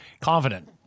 Confident